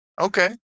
Okay